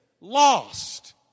Lost